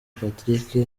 patrick